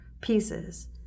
pieces